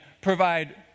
provide